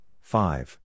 five